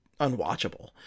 unwatchable